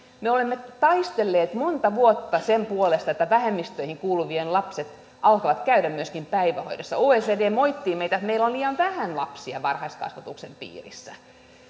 me olemme taistelleet monta vuotta sen puolesta että myöskin vähemmistöihin kuuluvien lapset alkavat käydä päivähoidossa oecd moittii meitä että meillä on liian vähän lapsia varhaiskasvatuksen piirissä